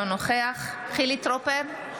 אינו נוכח חילי טרופר,